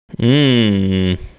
Mmm